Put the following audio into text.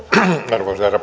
arvoisa herra